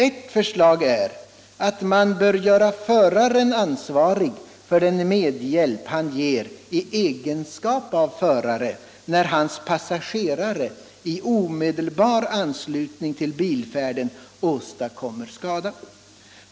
Ett förslag är att man gör föraren ansvarig för den medhjälp han ger i egenskap av förare, när hans passagerare i omedelbar anslutning till bilfärden åstadkommer skada.